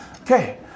Okay